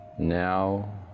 Now